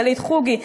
גלית חוגי,